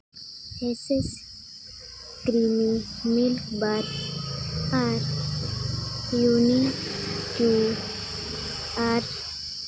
ᱮᱥᱮᱥ creamy milk bar ᱟᱨ morning ᱟᱨ